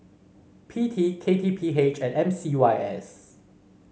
P T K T P H and M C Y S